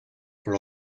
for